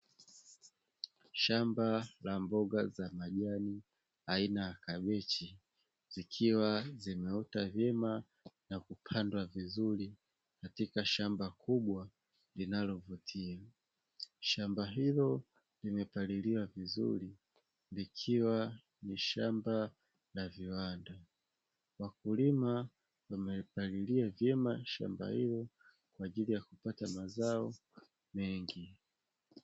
Shamba la mboga za kijani aina ya kabichi zikiwa zimeota vyema na kupandwa vizuri katika shamba kubwa linalovutia, shamba hilo limepaliliwa vizuri likiwa ni shamba la viwanda, wakulima wamepalilia vyema shamba hilo kwa ajili ya kupata mazao mengi.